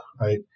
right